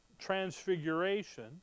transfiguration